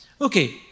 Okay